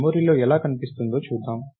ఇది మెమరీలో ఎలా కనిపిస్తుందో చూద్దాం